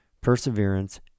perseverance